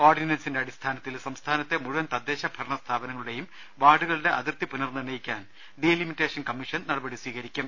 ഓർഡി നൻസിന്റെ അടിസ്ഥാനത്തിൽ സംസ്ഥാനത്തെ മുഴുവൻ തദ്ദേശ ഭരണ സ്ഥാപനങ്ങളുടെയും വാർഡുകളുടെ അതിർത്തി പുനർ നിർണയിക്കാൻ ഡീ ലിമിറ്റേഷൻ കമ്മീഷൻ നടപടി സ്വീകരിക്കും